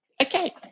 Okay